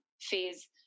phase